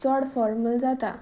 चड फोर्मल जाता